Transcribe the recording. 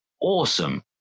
awesome